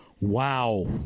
Wow